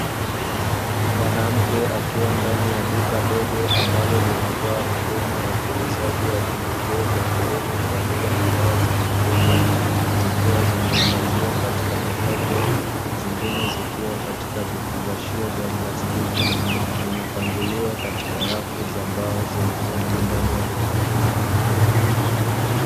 Mwanamke akiwa ndani ya duka dogo, ambalo linatoa huduma ya uuzaji wa pembejeo za kilimo pamoja na dawa za mifugo, zikiwa zimehifadhiwa katika makopo, zingine zikiwa katika vifungashio vya plastiki; vimepangiliwa katika rafu za mbao zilizopo ndani ya duka hilo.